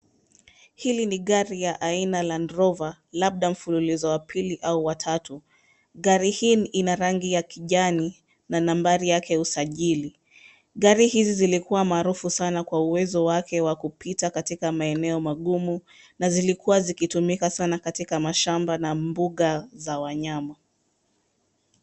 Hili ni gari ya aina landrover labda mfululizo wa pili au watatu. Gari hii ina rangi ya kijani na nambari yake usajili. Gari hizi zilikuwa maarufu sana kwa uwezo wake wa kupita katika maeneo magumu na zilikuwa zikitumika sana katika mashamba na mbuga za wanyama